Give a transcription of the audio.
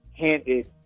handed